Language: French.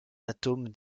atomes